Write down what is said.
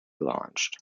launched